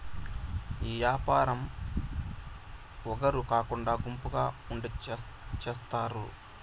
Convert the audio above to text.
ఈ యాపారం ఒగరు కాకుండా గుంపుగా ఉండి చేత్తారు